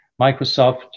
Microsoft